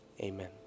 Amen